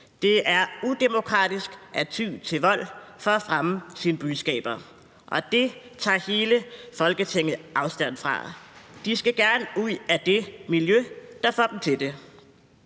Det er udemokratisk at ty til vold for at fremme sine budskaber, og det tager hele Folketinget afstand fra. De skal gerne ud af det miljø, der får dem til det.